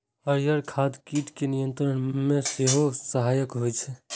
हरियर खाद कीट नियंत्रण मे सेहो सहायक होइ छै